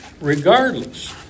regardless